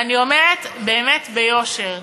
ואני אומרת באמת, ביושר,